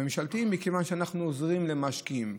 מכיוון שאנחנו עוזרים למשקיעים.